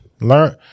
Learn